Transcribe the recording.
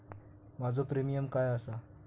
माझो प्रीमियम काय आसा?